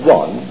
one